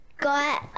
got